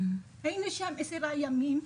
היינו שם עשרה ימים,